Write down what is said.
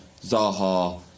Zaha